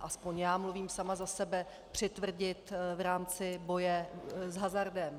aspoň já mluvím sama za sebe, přitvrdit v rámci boje s hazardem...